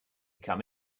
come